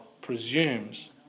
presumes